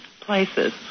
places